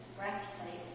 breastplate